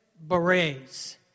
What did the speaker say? berets